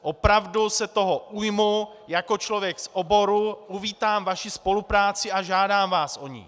Opravdu se toho ujmu jako člověk z oboru, uvítám vaši spolupráci a žádám vás o ni.